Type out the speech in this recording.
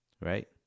right